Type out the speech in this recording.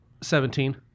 Seventeen